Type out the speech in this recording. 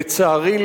לצערי,